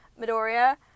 Midoriya